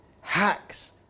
hacks